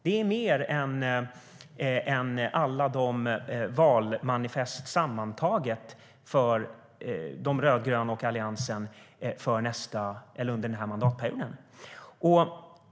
Det är mer än alla valmanifest sammantaget för de rödgröna och Alliansen under denna mandatperiod.